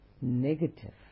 negative